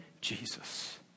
Jesus